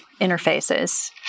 interfaces